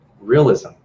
realism